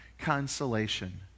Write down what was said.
consolation